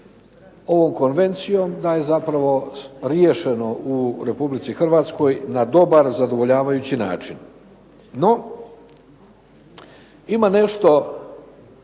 ovom konvencijom da je zapravo riješeno u Republici Hrvatskoj na dobar, zadovoljavajući način. No, imam nešto